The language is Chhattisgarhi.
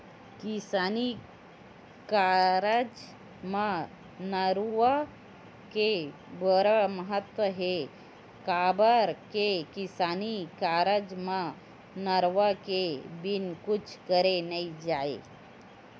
किसानी कारज म नरूवा के बड़ महत्ता हे, काबर के किसानी कारज म नरवा के बिना कुछ करे नइ जाय